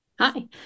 Hi